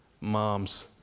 Moms